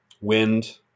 wind